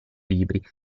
libri